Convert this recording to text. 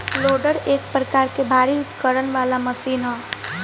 loader एक प्रकार के भारी उपकरण वाला मशीन ह